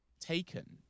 taken